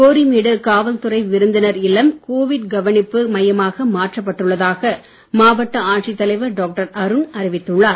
கோரிமேடு காவல்துறை விருந்தினர் இல்லம் கோவிட் கவனிப்பு மையமாக மாற்றப்பட்டுள்ளதாக மாவட்ட ஆட்சித்தலைவர் டாக்டர் அருண் அறிவித்துள்ளார்